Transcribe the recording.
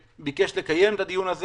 וביקש לקיים את הדיון הזה